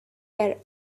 were